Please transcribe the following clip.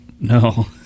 No